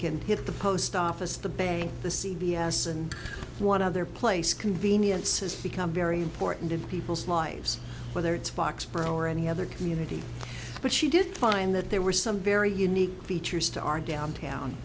can get the post office the bay the c d s and one other place convenience has become very important in people's lives whether it's foxboro or any other community but she did find that there were some very unique features to our downtown